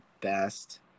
best